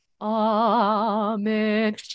Amen